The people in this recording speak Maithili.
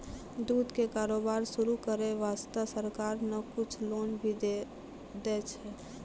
दूध के कारोबार शुरू करै वास्तॅ सरकार न कुछ लोन भी दै छै